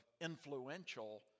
influential